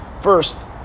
First